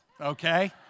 okay